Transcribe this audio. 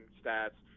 stats